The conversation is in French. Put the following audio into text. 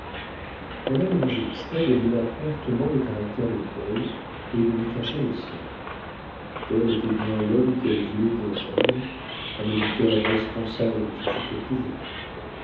madame évangélista devina promptement le caractère de paul et lui cacha le sien paul était bien l'homme qu'elle voulait pour gendre un éditeur responsable de son futur pouvoir